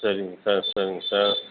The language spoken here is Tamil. சரிங்க சார் சரிங்க சார்